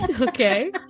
okay